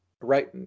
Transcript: right